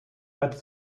that